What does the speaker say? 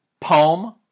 poem